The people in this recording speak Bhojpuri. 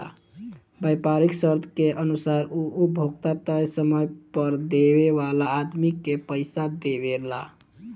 व्यापारीक शर्त के अनुसार उ उपभोक्ता तय समय पर देवे वाला आदमी के पइसा देवेला